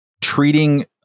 treating